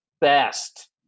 best